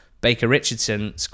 Baker-Richardson